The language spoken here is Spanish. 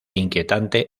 inquietante